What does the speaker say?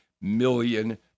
million